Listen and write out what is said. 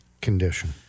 condition